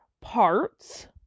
parts